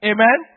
Amen